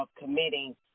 committing